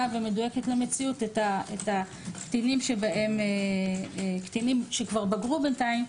ומדויקת למציאות את הקטינים שכבר בגרו בינתיים,